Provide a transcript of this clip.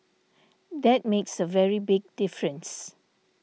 that makes a very big difference